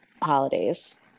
holidays